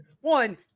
One